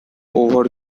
over